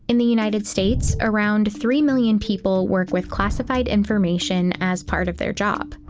in the united states, around three million people work with classified information as part of their job.